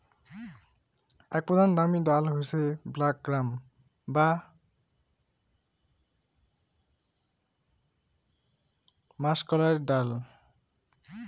আক প্রধান দামি ডাল হসে ব্ল্যাক গ্রাম বা মাষকলাইর ডাল